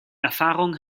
erfahrung